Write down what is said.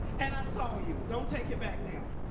and i saw you. don't take it back now.